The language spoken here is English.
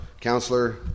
counselor